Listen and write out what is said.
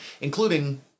including